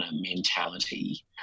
mentality